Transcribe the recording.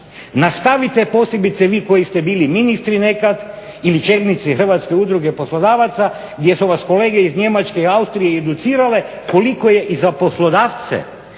nastavite posebice vi koji ste bili ministri nekad ili čelnici Hrvatske udruge poslodavac gdje su vas kolege iz Njemačke, Austrije educirale koliko je i za poslodavce